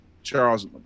Charles